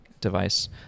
device